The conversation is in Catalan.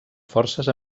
forces